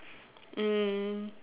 um